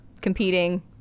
competing